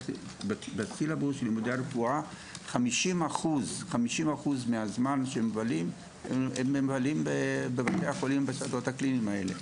בלימודי רפואה 50% מהזמן מבלים בבתי החולים בשדות הקליניים האלה.